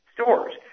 stores